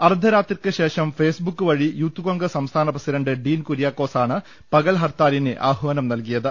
അർധരാ ത്രിക്ക് ശേഷം ഫേസ്ബുക്ക് വഴി യൂത്ത് കോൺഗ്രസ് സംസ്ഥാന പ്രസിഡന്റ് ഡീൻകുര്യാക്കോസാണ് പകൽ ഹർത്താലിന് ആഹ്വാനം നൽകിയത്